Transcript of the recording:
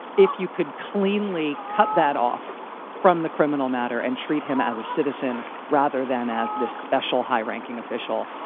if you could cleanly cut that off from the criminal matter and treat him as a citizen rather than as this special high ranking official,